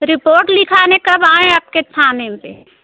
report लिखाने कब आएँ आपके थाने पर